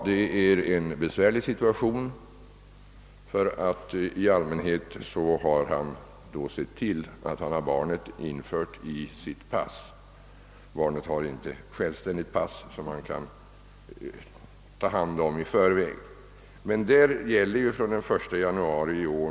Detta är en besvärlig situation, ty i allmänhet har fadern då sett till att barnet införts i hans pass; barnet har alltså inte eget pass som man i förväg kan ta hand om.